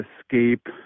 Escape